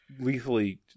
lethally